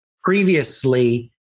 previously